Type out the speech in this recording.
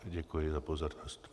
Děkuji za pozornost.